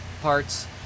parts